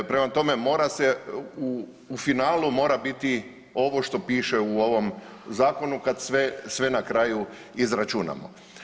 Prema tome, mora se, u finalu mora biti ovo što piše u ovom zakonu kad sve na kraju izračunamo.